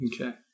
Okay